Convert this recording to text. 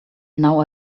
now